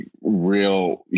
real